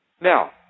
Now